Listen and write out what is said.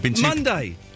Monday